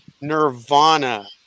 nirvana